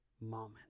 moment